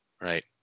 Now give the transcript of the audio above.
Right